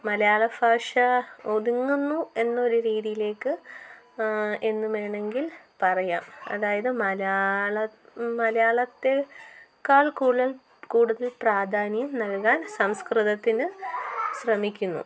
മലയാള ഭാഷ ഒതുങ്ങുന്നു എന്നൊരു രീതിയിലേക്ക് എന്ന് വേണമെങ്കിൽ പറയാം അതായത് മലയാള മലയാളത്തേക്കാൾ കൂടുതൽ പ്രധാന്യം നൽകാൻ സംസ്കൃതത്തിന് ശ്രമിക്കുന്നു